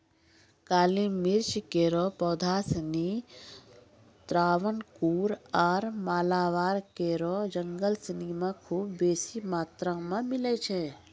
काली मिर्च केरो पौधा सिनी त्रावणकोर आरु मालाबार केरो जंगल सिनी म खूब बेसी मात्रा मे मिलै छै